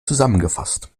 zusammengefasst